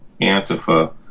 Antifa